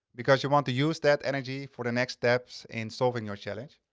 because you want to use that energy for the next steps in solving your challenge.